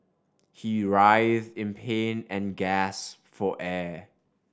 he writhed in pain and gasped for air